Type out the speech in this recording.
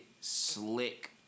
slick